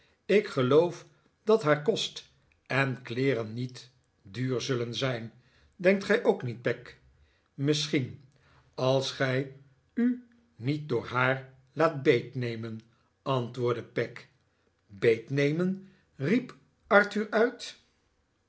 ik geloof dat haar kost en kleeren niet duur zullen zijn denkt gij ook niet peg misschien als gij u niet door haar laat beetnemen ahtwoordde peg beetnemen riep arthur uit